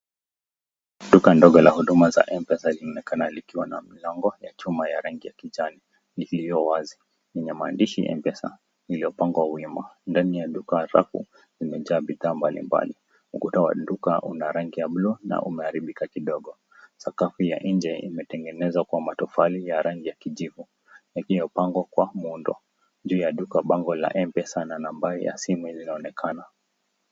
Duka ndogo la mpesa linaonekana likiwa na mlango wa chuma la rangi ya kijani, ni vio wazi vina maandishi mpesa iliyopangwa wima, ndani ya duka arafu zimejaa bidhaa mbalimbali, ukuta wa duka una rangi ya buluu na umejaribika kidogo, sakafu ya nje imetengenezwa kwa matofali kwa rangi ya kijivu, iliyo pangwa kwa muundo juu ya duka jina mpesa na nambari zinaonekana.